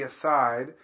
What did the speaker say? aside